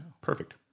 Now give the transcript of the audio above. perfect